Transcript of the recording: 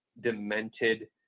demented